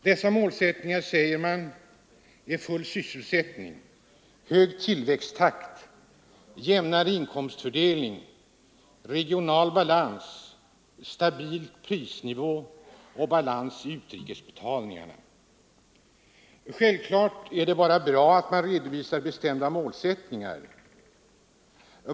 Dessa målsättningar, säger man, är full sysselsättning, hög tillväxttakt, jämnare inkomstfördelning, regional balans, stabil prisnivå och balans i utrikesbetalningarna. Självfallet är det bara bra att man redovisar bestämda målsättningar.